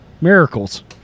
Miracles